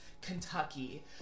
kentucky